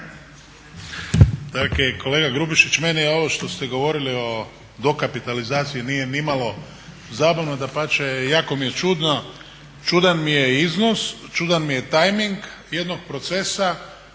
Dakle kolega Grubišić meni je ovo što ste govorili o dokapitalizaciji nije nimalo zabavno, dapače jako mi je čudno. Čudan mi je iznos, čudan mi je tajming jednog procesa